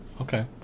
Okay